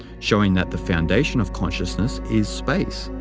showing that the foundation of consciousness is space.